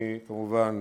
אני כמובן